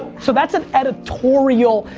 so that's an editorial,